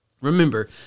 Remember